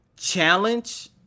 challenge